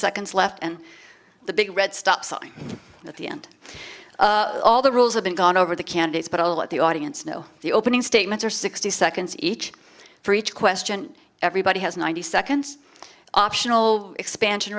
seconds left and the big red stop sign at the end all the rules have been gone over the candidates but i'll let the audience know the opening statements are sixty seconds each for each question everybody has ninety seconds optional expansion